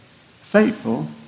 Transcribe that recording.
faithful